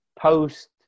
post